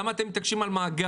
למה אתם מתעקשים על המאגר?